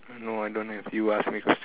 no I don't have you ask me question